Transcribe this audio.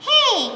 Hey